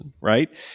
right